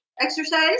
exercise